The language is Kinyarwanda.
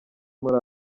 muri